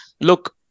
look